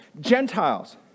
Gentiles